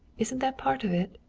isn't that part of it?